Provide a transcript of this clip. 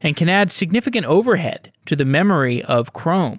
and can add significant overhead to the memory of chrome.